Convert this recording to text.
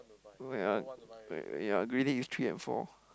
ya ya greedy is three and four